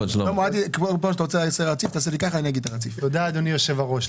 תודה אדוני היושב ראש.